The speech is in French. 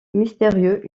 mystérieux